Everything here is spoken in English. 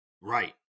Right